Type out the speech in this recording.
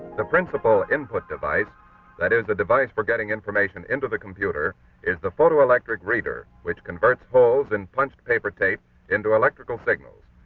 the principal input device that is a device for getting information into the computer is the photoelectric reader, which converts holes in punched paper tape into electrical signals.